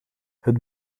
het